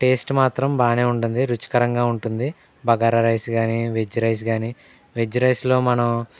taste మాత్రం బాగానే ఉంటుంది రుచికరంగా ఉంటుంది బగారా రైస్ గానీ వెజ్ రైస్ గానీ వెజ్ రైస్లో మనం